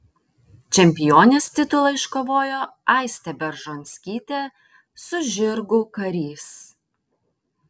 čempionės titulą iškovojo aistė beržonskytė su žirgu karys